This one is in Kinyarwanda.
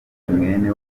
mwene